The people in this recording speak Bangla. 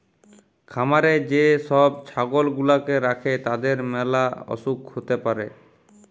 খামারে যে সব ছাগল গুলাকে রাখে তাদের ম্যালা অসুখ হ্যতে পারে